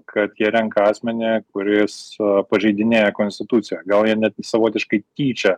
kad jie renka asmenį kuris pažeidinėja konstituciją gal jie net savotiškai tyčia